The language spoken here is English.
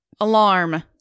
alarm